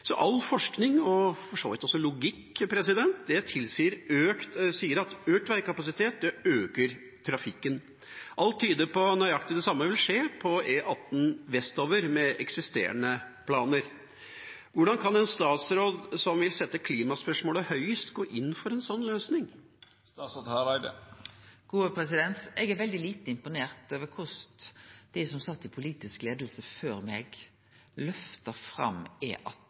All forskning, og for så vidt også logikk, tilsier at økt veikapasitet øker trafikken. Alt tyder på at nøyaktig det samme vil skje på E18 vestover med eksisterende planer. Hvordan kan en statsråd som vil sette klimaspørsmålet høyest, gå inn for en sånn løsning? Eg er veldig lite imponert over korleis dei som sat i den politiske leiinga før meg, løfta fram